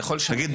נגיד,